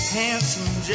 handsome